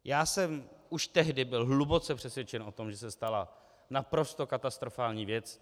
Já jsem už tehdy byl hluboce přesvědčen o tom, že se stala naprosto katastrofální věc.